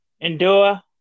endure